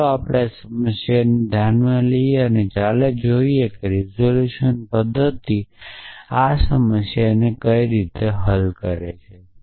તો ચાલો આપણે આ સમસ્યાને ધ્યાનમાં લઈએ ચાલો જોઈએ કે રીઝોલ્યુશન પદ્ધતિ આ સમસ્યાને કેવી રીતે હલ કરે છે